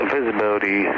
Visibility